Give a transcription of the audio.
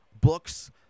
books